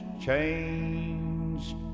changed